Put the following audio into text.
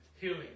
healing